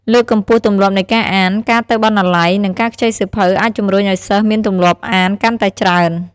លើកកម្ពស់ទម្លាប់នៃការអាន: ការទៅបណ្ណាល័យ និងការខ្ចីសៀវភៅអាចជំរុញឱ្យសិស្សមានទម្លាប់អានកាន់តែច្រើន។